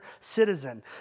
citizen